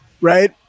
right